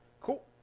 Cool